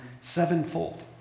sevenfold